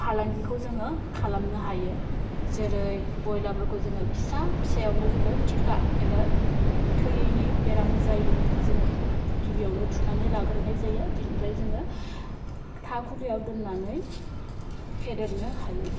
फालांगिखौ जोङो खालामनो हायो जेरै ब्रइलाफोरखौ जोङो फिसा फिसायावनो जोङो टिका एबा थैयैनि बेराम जायिनि जोङो गिबियावनो थुनानै लाग्रोनाय जायो बेनिफ्राय जोङो थाखुलियाव दोन्नानै फेदेरनो हायो